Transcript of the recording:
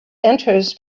enters